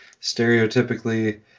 stereotypically